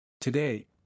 Today